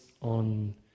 on